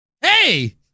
Hey